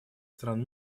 стран